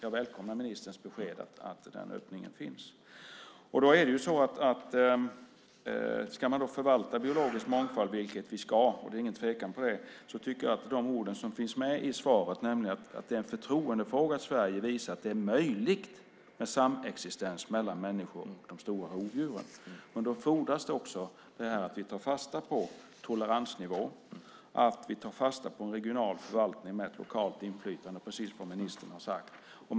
Jag välkomnar ministerns besked att den öppningen finns. Ska man förvalta biologisk mångfald - vilket vi ska, och det är ingen tvekan om det - gäller det att se till orden som finns i svaret. Det är en förtroendefråga att Sverige visar att det är möjligt med samexistens mellan människor och de stora rovdjuren. Men då fordras det också att vi tar fasta på toleransnivå, regional förvaltning och de delar som ministern har talat om.